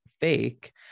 fake